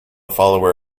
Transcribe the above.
follower